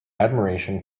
admiration